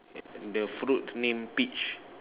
the fruit name peach